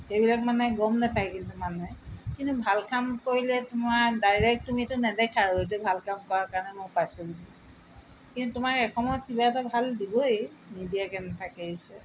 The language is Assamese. সেইবিলাক মানে গম নাপাই কিন্তু মানুহে কিন্তু ভাল কাম কৰিলে তোমাৰ ডাইৰেক্ট তুমিটো নাদেখা আৰু এইটো ভাল কাম কৰাৰ কাৰণে মই পাইছোঁ বুলি কিন্তু তোমাক এসময়ত কিবা এটা ভাল দিবই নিদিয়াকে নাথাকে ঈশ্বৰে